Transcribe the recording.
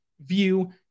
view